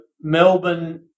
Melbourne